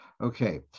Okay